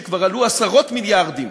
שכבר עלו עשרות מיליארדים